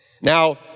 Now